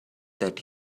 that